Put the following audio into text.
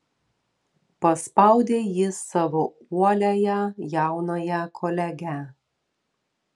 paspaudė ji savo uoliąją jaunąją kolegę